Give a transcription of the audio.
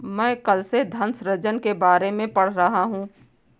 मैं कल से धन सृजन के बारे में पढ़ रहा हूँ